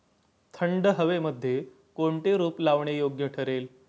थंड हवेमध्ये कोणते रोप लावणे योग्य ठरेल?